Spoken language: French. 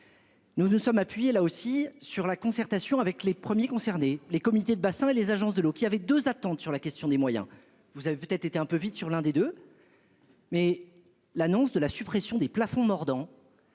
Nous nous sommes appuyés là aussi sur la concertation avec les premiers concernés, les comités de bassin et les agences de l'eau qui avait deux attendent sur la question des moyens, vous avez peut-être été un peu vite sur l'Inde et de. Mais l'annonce de la suppression des plafonds mordant.